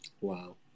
Wow